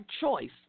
choice